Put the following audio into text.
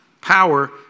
Power